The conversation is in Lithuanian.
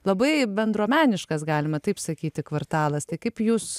labai bendruomeniškas galima taip sakyti kvartalas tai kaip jūs